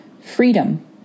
freedom